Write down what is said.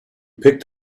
picked